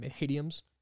mediums